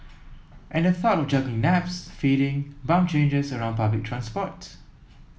and the thought of juggling naps feeding bum changes around public transport